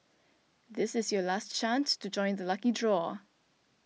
this is your last chance to join the lucky draw